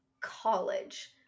college